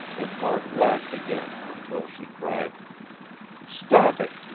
and mark laughed again, until she cried stop it.